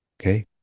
okay